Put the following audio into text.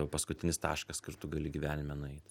paskutinis taškas kur tu gali gyvenime nueit